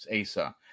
ASA